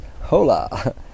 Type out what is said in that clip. Hola